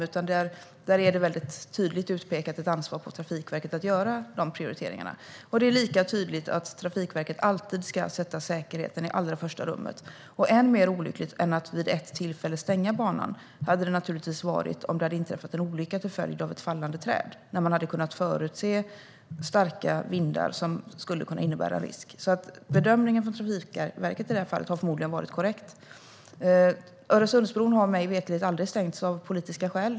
Det är ett väldigt tydligt utpekat ansvar för Trafikverket att göra dessa prioriteringar. Det är lika tydligt att Trafikverket alltid ska sätta säkerheten i allra första rummet. Än mer olyckligt än att vid ett tillfälle stänga banan hade det naturligtvis varit om det hade inträffat en olycka till följd av ett fallande träd, när man hade kunnat förutse starka vindar som skulle kunna innebära risk. Bedömningen från Trafikverket har i det här fallet förmodligen varit korrekt. Öresundsbron har mig veterligt aldrig stängts av politiska skäl.